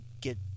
get